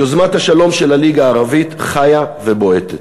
יוזמת השלום של הליגה הערבית חיה ובועטת.